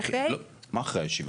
מה אחרי הישיבה?